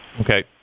Okay